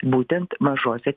būtent mažose